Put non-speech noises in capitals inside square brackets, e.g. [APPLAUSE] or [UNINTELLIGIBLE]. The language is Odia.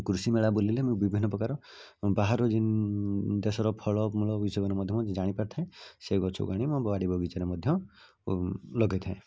କୃଷି ମେଳା ବୁଲିଲେ ମୁଁ ବିଭିନ୍ନ ପ୍ରକାର ବାହାରୁ ଦେଶର ଫଳ ମୂଳ [UNINTELLIGIBLE] ଏସବୁ ମଧ୍ୟ ଜାଣିପାରିଥାଏ ସେଇ ଗଛକୁ ଆଣି ମୋ ବାଡ଼ି ବଗିଚାରେ ମଧ୍ୟ ଲଗାଇଥାଏ